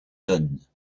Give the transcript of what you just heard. tonnes